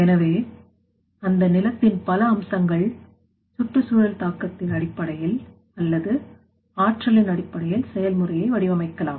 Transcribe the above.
எனவே அந்த நிலத்தின் பல அம்சங்கள் சுற்றுச்சூழல் தாக்கத்தின் அடிப்படையில் அல்லது ஆற்றலின் அடிப்படையில் செயல்முறையை வடிவமைக்கலாம்